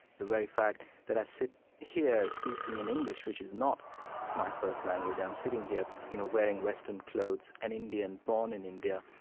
the very fact that i sit here speaking in english, which is not my first language, i'm sitting here, you know, wearing western clothes, an indian born in india,